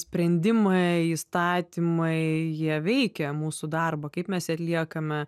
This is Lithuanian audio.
sprendimai įstatymai jie veikia mūsų darbą kaip mes jį atliekame